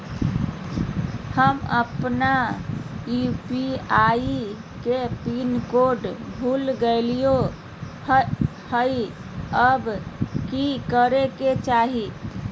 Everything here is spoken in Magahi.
हम अपन यू.पी.आई के पिन कोड भूल गेलिये हई, अब की करे के चाही?